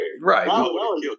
right